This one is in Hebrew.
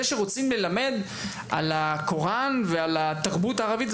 אני מבין את הרצון והצורך ללמד על הקוראן ועל התרבות הערבית,